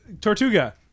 Tortuga